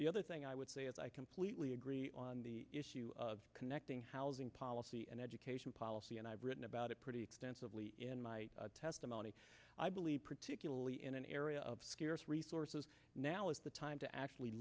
the other thing i would say is i completely agree on the issue of connecting housing policy and education policy and i've written about it pretty extensively in my testimony i believe particularly in an area of scarce resources now is the time to actually